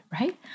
right